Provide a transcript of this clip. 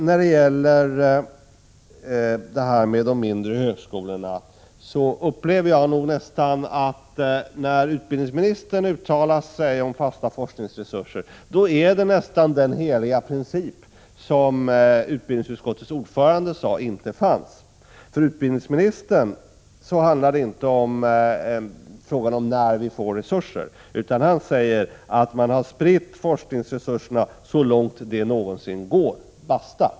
När det gäller de mindre högskolorna upplever jag nog att när utbildningsministern uttalar sig om fasta forskningsresurser är det nästan den heliga princip som gäller som utbildningsutskottets ordförande påstod inte fanns. För utbildningsministern handlar det inte om när vi får resurser. Han säger att man har spritt forskningsresurserna så långt det någonsin går. Basta!